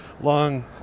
long